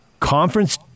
Conference